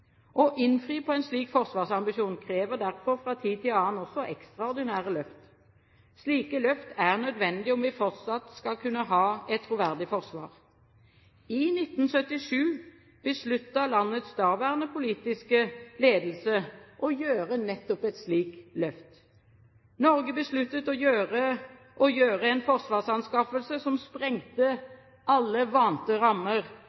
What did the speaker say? Å innfri en slik forsvarsambisjon krever derfor fra tid til annen også ekstraordinære løft. Slike løft er nødvendige om vi fortsatt skal kunne ha et troverdig forsvar. I 1977 besluttet landets daværende politiske ledelse å gjøre nettopp et slikt løft. Norge besluttet å gjøre en forsvarsanskaffelse som sprengte alle vante rammer